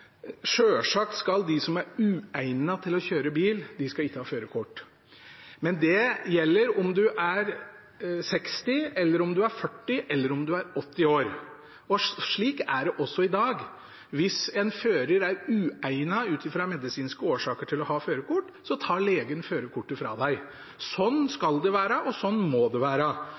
kjøre bil, ikke ha førerkort. Men det gjelder om man er 60, 40 eller 80 år. Slik er det også i dag. Hvis en fører ut fra medisinske årsaker er uegnet til å ha førerkort, tar legen førerkortet fra vedkommende. Sånn skal det være, og sånn må det være.